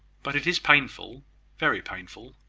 but it is painful very painful.